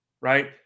right